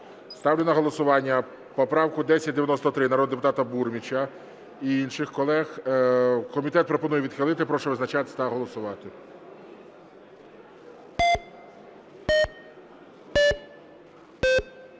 Ставлю на голосування поправку 1093 народного депутата Бурміча і інших колег. Комітет пропонує відхилити. Прошу визначатись та голосувати.